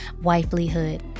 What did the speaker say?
wifelyhood